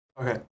Okay